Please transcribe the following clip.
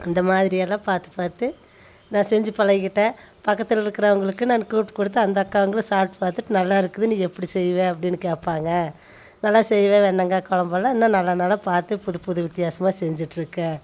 அந்த மாதிரியெல்லாம் பார்த்து பார்த்து நான் செஞ்சு பழகிக்கிட்டேன் பக்கத்தில் இருக்கிறவங்களுக்கு நான் கூப்பிட்டு கொடுத்து அந்த அக்காங்களும் சாப்பிட்டு பார்த்துட்டு நல்லா இருக்குது நீ எப்படி செய்வ அப்படினு கேட்பாங்க நல்லா செய்வேன் வெண்டக்காய் குழம்பலாம் இன்னும் நல்ல நல்லா பார்த்து புது புது வித்யாசமாக செஞ்சிட்டுருக்கேன்